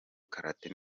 karate